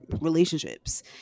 relationships